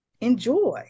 Enjoy